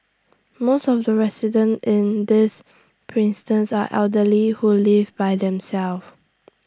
most of the residents in this are elderly who live by themselves